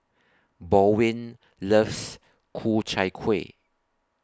Baldwin loves Ku Chai Kueh